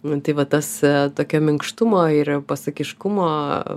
nu tai va tas tokio minkštumo ir pasakiškumo